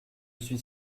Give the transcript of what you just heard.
suis